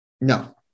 no